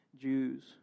Jews